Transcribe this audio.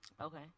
Okay